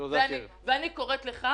אני קוראת לך,